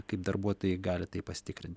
kaip darbuotojai gali tai pasitikrin